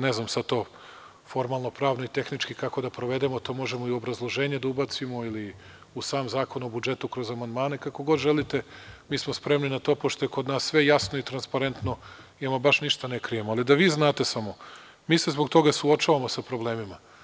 ne znam sad to formalno, pravno i tehnički kako da provedemo, to možemo i u obrazloženje da ubacimo ili u sam Zakon o budžetu kroz amandmane, kako god želite, mi smo spremni na to pošto je kod nas sve jasno i transparentno i baš ništa ne krijemo, ali da vi znate samo, mi se zbog toga suočavamo sa problemima.